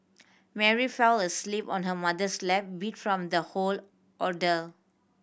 Mary fell asleep on her mother's lap beat from the whole ordeal